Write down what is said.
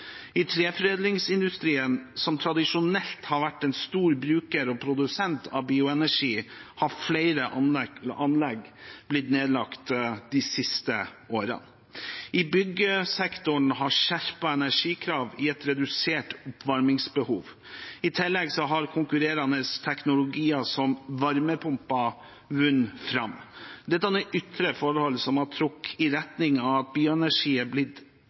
I treforedlingsindustrien, som tradisjonelt har vært en stor bruker og produsent av bioenergi, har flere anlegg blitt nedlagt de siste årene. I byggesektoren har skjerpede energikrav gitt et redusert oppvarmingsbehov. I tillegg har konkurrerende teknologier, som varmepumper, vunnet fram. Dette er ytre forhold som har trukket i retning av at bioenergi har blitt